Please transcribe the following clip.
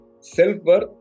self-worth